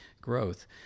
growth